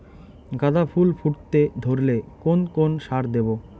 গাদা ফুল ফুটতে ধরলে কোন কোন সার দেব?